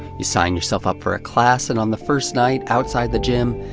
you sign yourself up for a class, and on the first night, outside the gym,